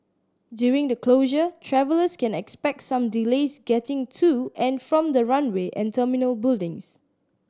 during the closure travellers can expect some delays getting to and from the runway and terminal buildings